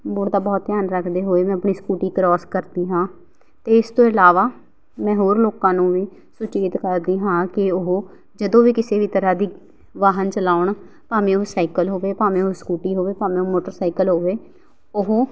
ਮੋੜ ਦਾ ਬਹੁਤ ਧਿਆਨ ਰੱਖਦੇ ਹੋਏ ਮੈਂ ਆਪਣੀ ਸਕੂਟੀ ਕ੍ਰੋਸ ਕਰਦੀ ਹਾਂ ਅਤੇ ਇਸ ਤੋਂ ਇਲਾਵਾ ਮੈਂ ਹੋਰ ਲੋਕਾਂ ਨੂੰ ਵੀ ਸੁਚੇਤ ਕਰਦੀ ਹਾਂ ਕਿ ਉਹ ਜਦੋਂ ਵੀ ਕਿਸੇ ਵੀ ਤਰ੍ਹਾਂ ਦੀ ਵਾਹਨ ਚਲਾਉਣ ਭਾਵੇਂ ਉਹ ਸਾਈਕਲ ਹੋਵੇ ਭਾਵੇਂ ਉਹ ਸਕੂਟੀ ਹੋਵੇ ਭਾਵੇਂ ਮੋਟਰਸਾਈਕਲ ਹੋਵੇ ਉਹ